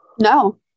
No